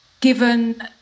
given